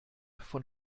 von